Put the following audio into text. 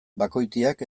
bakoitiak